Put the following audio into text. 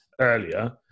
earlier